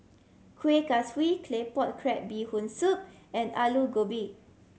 Kuih Kaswi Claypot Crab Bee Hoon Soup and Aloo Gobi